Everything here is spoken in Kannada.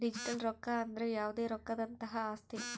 ಡಿಜಿಟಲ್ ರೊಕ್ಕ ಅಂದ್ರ ಯಾವ್ದೇ ರೊಕ್ಕದಂತಹ ಆಸ್ತಿ